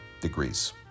degrees